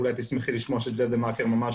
אולי תשמחי לשמוע שג'דיידה מאכר ממש